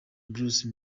bruce